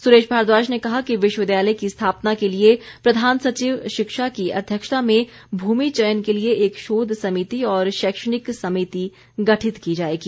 सुरेश भारद्वाज ने कहा कि विश्वविद्यालय की स्थापना के लिए प्रधान सचिव शिक्षा की अध्यक्षता में भूमि चयन के लिए एक शोध समिति और शैक्षणिक समिति गठित की जाएगी